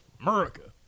America